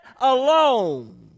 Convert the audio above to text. alone